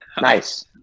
Nice